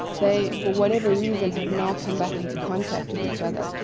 they, for whatever reason, have now come back into contact with each other.